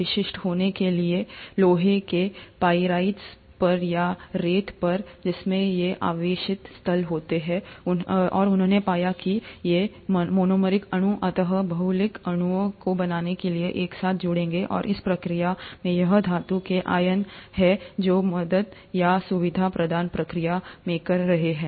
विशिष्ट होने के लिए लोहे के पाइराइट पर या रेत पर जिसमें ये आवेशित स्थल होते हैं और उन्होंने पाया कि ये मोनोमेरिक अणु अंततः बहुलक अणुओं को बनाने के लिए एक साथ जुड़ेंगे और इस प्रक्रिया में यह धातु के आयन हैं जोमदद या सुविधा प्रदान प्रक्रिया मेंकर रहे हैं